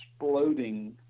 exploding